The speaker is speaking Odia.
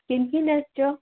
କିଏ କିଏ ଆସିଛ